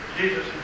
Jesus